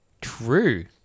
True